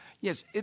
Yes